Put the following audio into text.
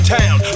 town